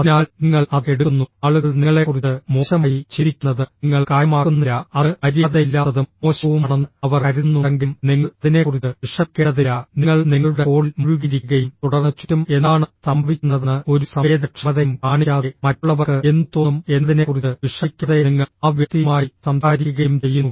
അതിനാൽ നിങ്ങൾ അത് എടുക്കുന്നു ആളുകൾ നിങ്ങളെക്കുറിച്ച് മോശമായി ചിന്തിക്കുന്നത് നിങ്ങൾ കാര്യമാക്കുന്നില്ല അത് മര്യാദയില്ലാത്തതും മോശവുമാണെന്ന് അവർ കരുതുന്നുണ്ടെങ്കിലും നിങ്ങൾ അതിനെക്കുറിച്ച് വിഷമിക്കേണ്ടതില്ല നിങ്ങൾ നിങ്ങളുടെ കോളിൽ മുഴുകിയിരിക്കുകയും തുടർന്ന് ചുറ്റും എന്താണ് സംഭവിക്കുന്നതെന്ന് ഒരു സംവേദനക്ഷമതയും കാണിക്കാതെ മറ്റുള്ളവർക്ക് എന്തു തോന്നും എന്നതിനെക്കുറിച്ച് വിഷമിക്കാതെ നിങ്ങൾ ആ വ്യക്തിയുമായി സംസാരിക്കുകയും ചെയ്യുന്നു